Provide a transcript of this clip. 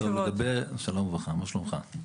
שלום וברכה, מה שלומך?